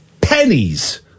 pennies